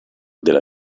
della